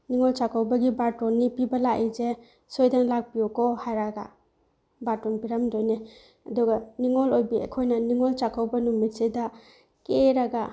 ꯅꯤꯉꯣꯜ ꯆꯥꯛꯀꯧꯕꯒꯤ ꯕꯥꯔꯇꯣꯟꯅꯤ ꯄꯤꯕ ꯂꯥꯛꯏꯁꯦ ꯁꯣꯏꯗꯅ ꯂꯥꯛꯄꯤꯌꯨꯀꯣ ꯍꯥꯏꯔꯒ ꯕꯥꯔꯇꯣꯟ ꯄꯤꯔꯝꯗꯣꯏꯅꯦ ꯑꯗꯨꯒ ꯅꯤꯉꯣꯜ ꯑꯣꯏꯕꯤ ꯑꯩꯈꯣꯏꯅ ꯅꯤꯉꯣꯜ ꯆꯥꯛꯀꯧꯕ ꯅꯨꯃꯤꯠꯁꯤꯗ ꯀꯦꯔꯒ